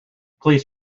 please